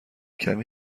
کمی